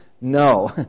No